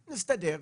נסתדר.